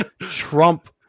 Trump